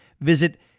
Visit